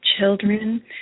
children